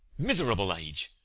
miserable age,